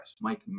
Mike